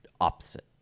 opposite